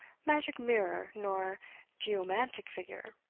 magic mirror, nor geomantic figure.